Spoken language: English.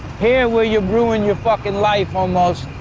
here where you ruined your fucking life almost,